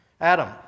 Adam